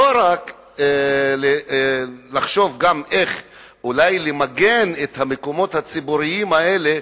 לא רק לחשוב איך אולי למגן את המקומות הציבוריים האלה,